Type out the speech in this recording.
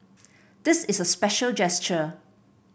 this is a special gesture